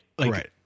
Right